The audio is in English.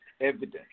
evidence